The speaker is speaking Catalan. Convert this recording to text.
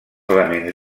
elements